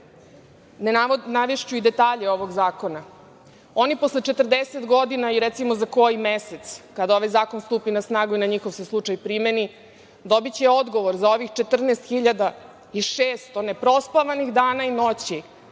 navešću i detalje ovog zakona, oni posle toga 40 godina i, recimo, za koji mesec kada ovaj zakon stupi na snagu i na njihov se slučaj primeni, dobiće odgovor za ovih 14.600 neprospavanih dana i noći